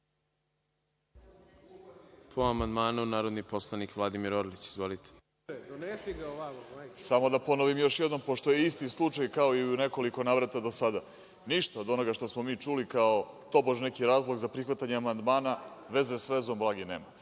Po amandmanu narodni poslanik Vladimir Orlić. **Vladimir Orlić** Samo da ponovim još jednom, pošto je isti slučaj kao i u nekoliko navrata do sada. Ništa od onoga što smo mi čuli kao tobož neki razlog za prihvatanje amandmana, veze sa vezom blage nema,